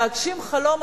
להגשים חלום,